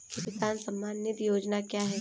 किसान सम्मान निधि योजना क्या है?